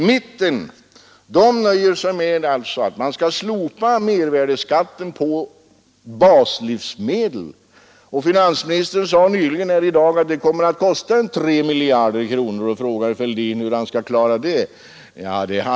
Mittenpartierna nöjer sig med att slopa mervärdeskatten på baslivsmedel. Men som finansministern sade tidigare i dag skulle det kosta 3 miljarder kronor, och han frågade hur herr Fälldin ville skaffa de pengarna.